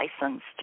licensed